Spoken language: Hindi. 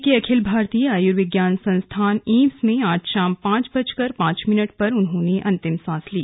दिल्ली के अखिल भारतीय आयुर्विज्ञान संस्थान एम्स में आज शाम पांच बजकर पांच मिनट पर उन्होंने अंतिम सांस ली